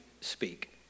speak